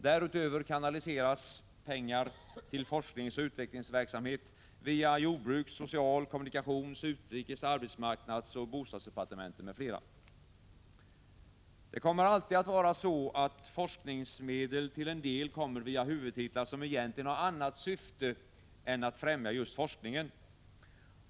Därutöver kanaliseras pengar till forskningsoch utvecklingsverksamhet via jordbruks-, social-, kommunikations-, utrikes-, arbetsmarknadsoch bostadsdepartementen m.fl. Det kommer alltid att vara så att forskningsmedel till en del kommer via huvudtitlar som egentligen har ett annat syfte än att främja just forskningen.